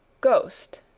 ghost,